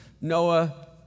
Noah